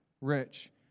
rich